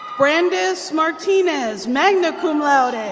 brandaise martinez, magna cum laude. and